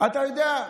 אתה יודע,